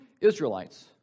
Israelites